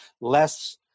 less